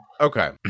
okay